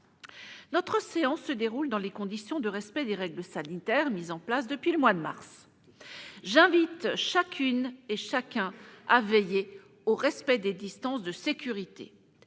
notre séance se déroule dans les conditions de respect des règles sanitaires mises en place en mars dernier. J'invite chacune et chacun d'entre vous à veiller au respect des distances de sécurité.